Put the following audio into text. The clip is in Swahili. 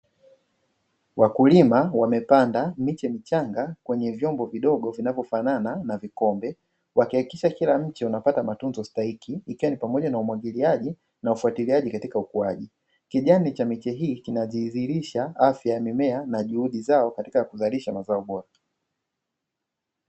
Wakulima wamepanda miche michanga kwenye vyombo vidogo vinavyofanana na vikombe, wakihakikisha kila mche unapata matunzo stahiki ikiwa ni pamoja na umwagiliaji na ufuatiliaji katika ukuaji, kijani cha miche hii kinadhihirisha afya ya mimea na juhudi zao katika kuzalisha mazao bora.